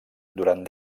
durant